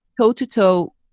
toe-to-toe